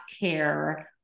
care